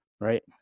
Right